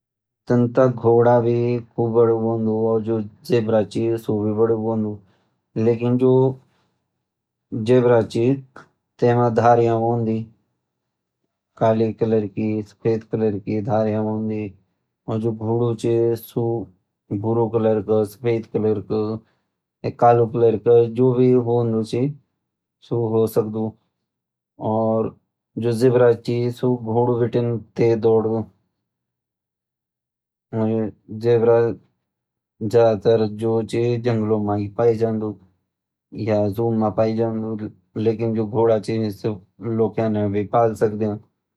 तन ता घोड़ा भी बड़ू होंडू और ज़ेब्रा भी बड़ू होंडू तेमा धारिया हुएँदी काली व सफ़ेद और जो घोड़ू छि सू सफ़ेद भूरा कालू कॉलर कू हो सकदू और जो ज़ेबरा छ सू घोड़ू बेटीन तेज़ दोड़दु ज़ेबरा जादातर जंगलों मे पायु जांदू और घोड़ा लोग भी पाल सकदन